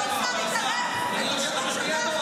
האוצר התערב --- טלי, את טועה.